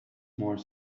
more